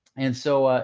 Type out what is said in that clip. and so ah